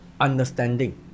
understanding